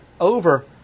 over